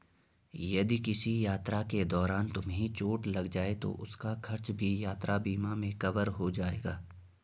यदि किसी यात्रा के दौरान तुम्हें चोट लग जाए तो उसका खर्च भी यात्रा बीमा में कवर हो जाएगा